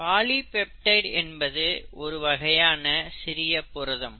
polypeptide என்பது ஒரு வகையான சிறிய புரதம்